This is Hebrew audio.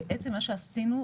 בעצם מה שעשינו,